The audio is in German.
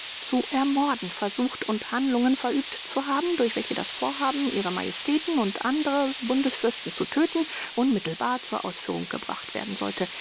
zu ermorden versucht und handlungen verübt zu haben durch welche das vorhaben ihre majestäten und andere bundesfürsten zu töten unmittelbar zur ausführung gebracht werden sollte